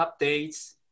updates